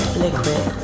liquid